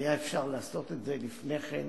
אפשר היה לעשות את זה לפני כן,